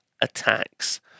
attacks